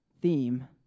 theme